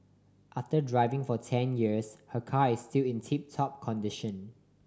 after driving for ten years her car is still in tip top condition